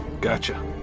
gotcha